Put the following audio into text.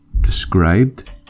described